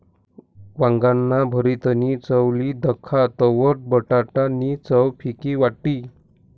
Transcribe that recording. वांगाना भरीतनी चव ली दखा तवयं बटाटा नी चव फिकी वाटी